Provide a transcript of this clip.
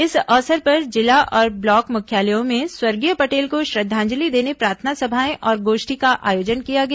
इस अवसर पर जिला और ब्लॉक मुख्यालयों में स्वर्गीय पटेल को श्रद्वांजलि देने प्रार्थना समाए और गोष्ठी का आयोजन किया गया